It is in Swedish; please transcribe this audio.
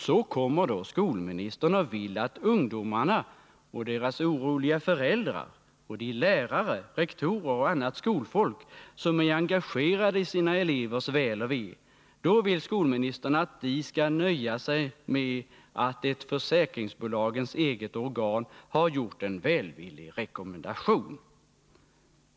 Så kommer då skolministern och vill att ungdomarna och deras oroliga föräldrar och de lärare, rektorer och annat skolfolk som är engagerade i sina elevers väl och ve skall nöja sig med att ett försäkringsbolagens eget organ har gjort en välvillig rekommendation.